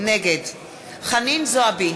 נגד חנין זועבי,